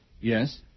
Yes